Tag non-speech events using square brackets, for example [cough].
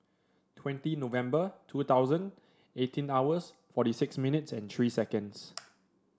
twenty November two thousand eighteen hours forty six minutes and three seconds [noise]